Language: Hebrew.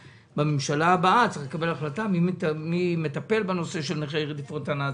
בממשלה הבאה צריך לקבל החלטה מי מטפל בנושא של נכי רדיפות הנאצים.